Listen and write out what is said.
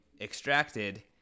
extracted